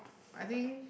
I think